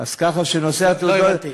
ככה שנושא התעודות, לא הבנתי.